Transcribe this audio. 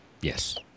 Yes